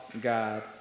God